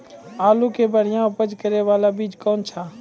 आलू के बढ़िया उपज करे बाला बीज कौन छ?